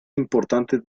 importantes